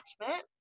attachment